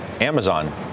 Amazon